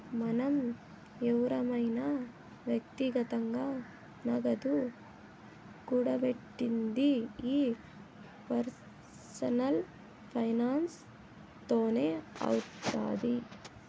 మనం ఎవురమైన వ్యక్తిగతంగా నగదు కూడబెట్టిది ఈ పర్సనల్ ఫైనాన్స్ తోనే అవుతాది